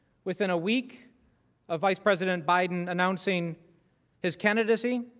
within a week of vice president biden announcing his candidacy,